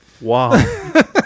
Wow